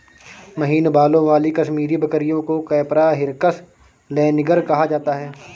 महीन बालों वाली कश्मीरी बकरियों को कैपरा हिरकस लैनिगर कहा जाता है